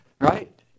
right